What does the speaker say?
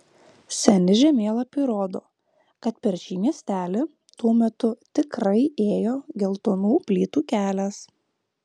seni žemėlapiai rodo kad per šį miestelį tuo metu tikrai ėjo geltonų plytų kelias